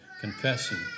confessing